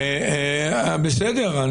בסדר.